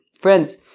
friends